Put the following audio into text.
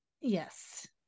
Yes